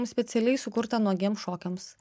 specialiai sukurtą nuogiem šokiams